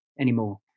anymore